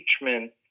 impeachment